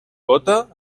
gota